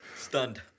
Stunned